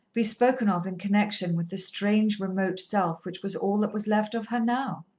be spoken of in connection with the strange, remote self which was all that was left of her now?